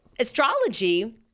Astrology